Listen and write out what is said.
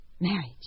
marriage